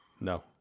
No